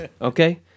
okay